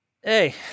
hey